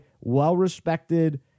well-respected